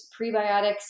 prebiotics